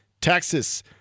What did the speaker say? Texas